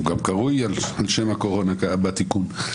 הוא גם קרוי על שם הקורונה בתיקון.